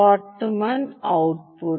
বর্তমান আউটপুট